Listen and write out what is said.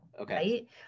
okay